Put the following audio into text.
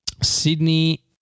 Sydney